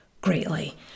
greatly